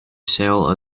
sell